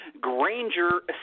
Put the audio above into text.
Granger